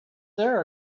there